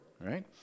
right